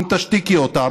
אם תשתיקי אותם,